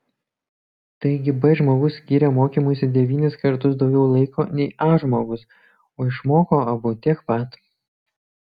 taigi b žmogus skyrė mokymuisi devynis kartus daugiau laiko nei a žmogus o išmoko abu tiek pat